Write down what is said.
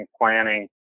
planning